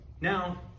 Now